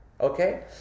Okay